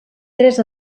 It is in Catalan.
tres